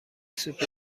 سوپ